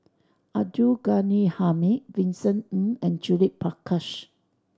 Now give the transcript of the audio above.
Abdul Ghani Hamid Vincent Ng and Judith Prakash